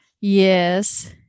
Yes